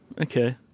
okay